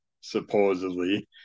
supposedly